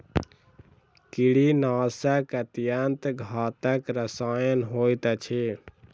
कीड़ीनाशक अत्यन्त घातक रसायन होइत अछि